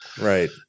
Right